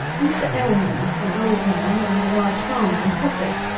mr. ellman, an old man and a large farmer, in sussex,